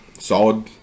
solid